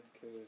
cause